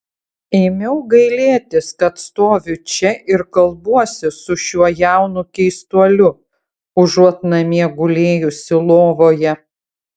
ėmiau gailėtis kad stoviu čia ir kalbuosi su šiuo jaunu keistuoliu užuot namie gulėjusi lovoje